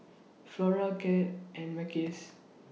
Flora Glad and Mackays